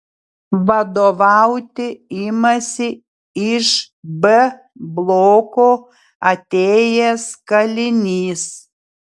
vadovauti imasi iš b bloko atėjęs kalinys